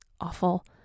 awful